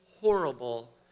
horrible